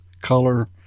color